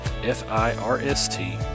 F-I-R-S-T